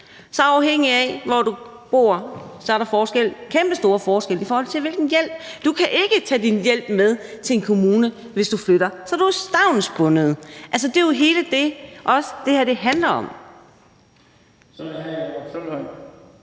Og afhængigt af hvor du bor, er der forskel, en kæmpestor forskel, i forhold til hvilken hjælp du kan få. Du kan ikke tage din hjælp med til en anden kommune, hvis du flytter, så du er stavnsbundet. Altså, det er jo også det, det her handler om.